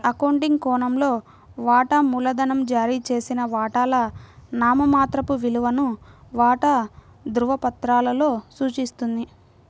accounting కోణంలో, వాటా మూలధనం జారీ చేసిన వాటాల నామమాత్రపు విలువను వాటా ధృవపత్రాలలో సూచిస్తుంది